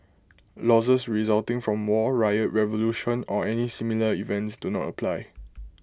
losses resulting from war riot revolution or any similar events do not apply